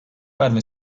verme